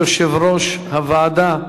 יושב-ראש הוועדה,